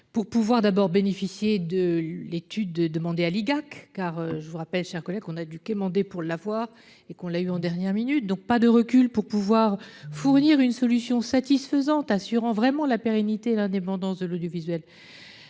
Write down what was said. Pour pouvoir d'abord bénéficié de l'étude de demander à l'IGAC car je vous rappelle chers collègues qu'on a dû quémander pour l'avoir et qu'on l'a eu en dernière minute. Donc pas de recul pour pouvoir fournir une solution satisfaisante assurant vraiment la pérennité et l'indépendance de l'audiovisuel.